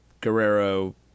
Guerrero